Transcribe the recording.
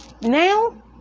now